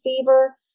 fever